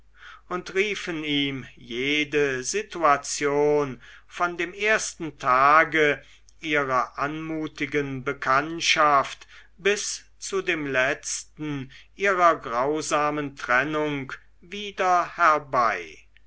und riefen ihm jede situation von dem ersten tage ihrer anmutigen bekanntschaft bis zu dem letzten ihrer grausamen trennung wieder herbei